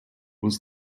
was